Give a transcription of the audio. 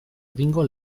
egingo